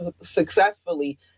successfully